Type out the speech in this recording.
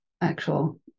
actual